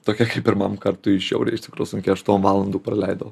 tokia kaip pirmam kartui žiauriai ištikrų sunki aštuom valandų praleidau